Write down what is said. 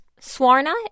Swarna